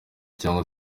cyangwa